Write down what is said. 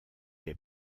les